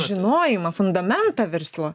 žinojimą fundamentą virslo